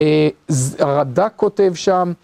רד"ק כותב שם.